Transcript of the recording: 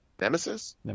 Nemesis